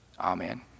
Amen